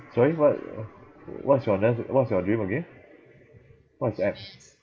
sorry what what's your what's your dream again what's that